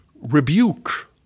rebuke